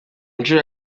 nshuro